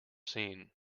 seen